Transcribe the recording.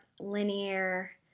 linear